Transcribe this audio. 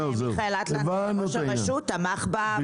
מיכאל אטלן ראש הרשות תמך --- זהו,